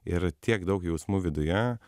yra tiek daug jausmų viduje